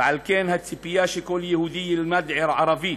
ועל כן הציפייה היא שכל יהודי ילמד ערבית,